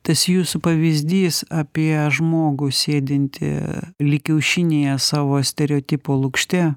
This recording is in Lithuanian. tas jūsų pavyzdys apie žmogų sėdintį lyg kiaušinyje savo stereotipo lukšte